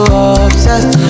obsessed